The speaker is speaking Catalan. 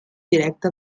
directe